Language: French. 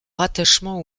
rattachement